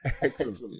excellent